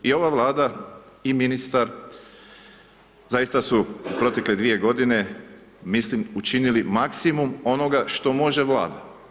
I ova Vlada i ministar, zaista su u protekle dvije godine učinili maksimum onoga što može Vlada.